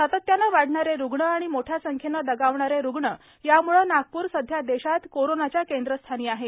सातत्याने वाढणारे रुग्ण आणि मोठ्या संख्येने दगावणारे रुग्ण यामुळे नागपूर सध्या देशात कोरोनाच्या केंद्रस्थानी आहे